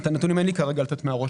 את הנתונים אין לי כרגע לתת מהראש.